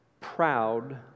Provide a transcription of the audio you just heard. proud